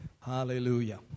Hallelujah